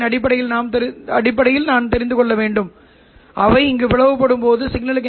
இந்த குறிப்பிட்ட சூழ்நிலையில் எங்களுக்கு சரி எனவே நீங்கள் இதை பாதுகாப்பாக அகற்ற முடியும் θLO